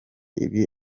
ibi